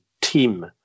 team